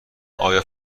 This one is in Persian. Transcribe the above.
آیا